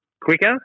quicker